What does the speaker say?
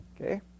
Okay